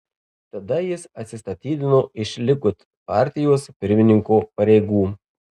tada jis atsistatydino iš likud partijos pirmininko pareigų